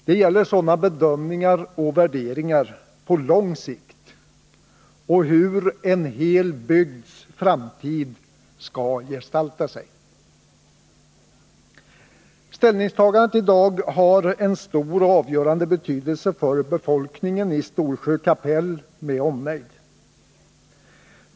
Det gäller sådana bedömningar och värderingar på lång sikt av hur en hel bygds framtid skall gestalta sig. Ställningstagandet i dag har en stor och avgörande betydelse för befolkningen i Storsjö kapell med omnejd.